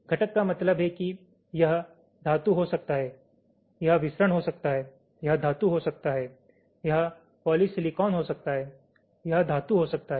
घटक का मतलब है कि यह धातु हो सकता है यह विसरण हो सकता है यह धातु हो सकता है यह पॉलीसिलिकॉन हो सकता है यह धातु हो सकता है